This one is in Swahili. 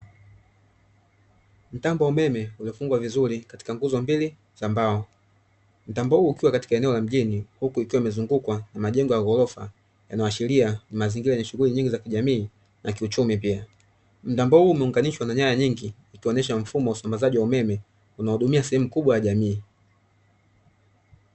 Mtambo wa umeme umefungwa vizuri katika nguzo mbili za mbao. Mtambo huo ukiwa katika eneo la mjini huku ukiwa umezungukwa, na majengo ya ghorofa inaashiria shughuli nyingi za kijamii na kiuchumi pia. Mtambo huo umeunganishwa na nyaya nyingi ikionyesha mfumo wa usambazaji wa umeme, unahudumia sehemu kubwa ya jamii.